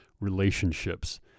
relationships